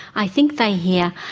i think they hear,